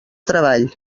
treball